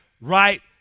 right